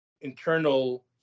internal